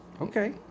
Okay